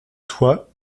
toi